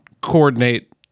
coordinate